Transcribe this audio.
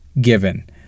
given